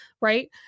right